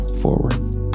forward